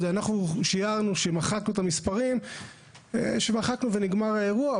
אנחנו שיערנו שמחקנו את המספרים ונגמר האירוע,